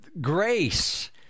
grace